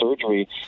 surgery